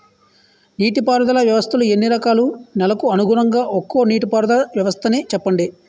నీటి పారుదల వ్యవస్థలు ఎన్ని రకాలు? నెలకు అనుగుణంగా ఒక్కో నీటిపారుదల వ్వస్థ నీ చెప్పండి?